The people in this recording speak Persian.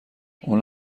اون